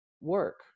work